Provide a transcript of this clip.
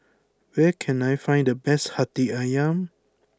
where can I find the best Hati Ayam